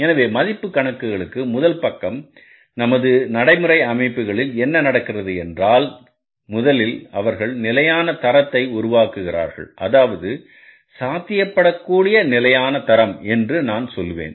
எனவே மதிப்பு கணக்குகளுக்கு முதல் பாகம் நமது நடைமுறை அமைப்புகளில் என்ன நடக்கிறது என்றால் முதலில் அவர்கள் நிலையான தரத்தை உருவாக்குகிறார்கள் அதாவது சாத்தியப்படக் கூடிய நிலையான தரம் என்று நான் சொல்வேன்